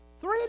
three